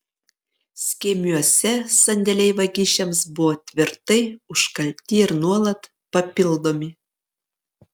skėmiuose sandėliai vagišiams buvo tvirtai užkalti ir nuolat papildomi